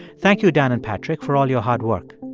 thank you, dan and patrick, for all your hard work.